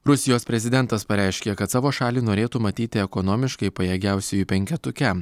rusijos prezidentas pareiškė kad savo šalį norėtų matyti ekonomiškai pajėgiausiųjų penketuke